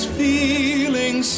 feeling